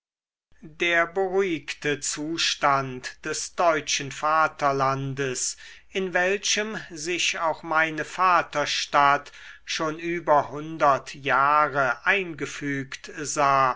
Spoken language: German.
der beruhigte zustand des deutschen vaterlandes in welchem sich auch meine vaterstadt schon über hundert jahre eingefügt sah